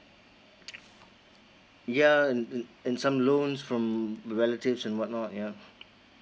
yeah and and and some loans from relatives and what not yeah